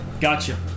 gotcha